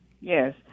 Yes